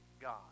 God